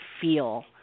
feel